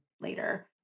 later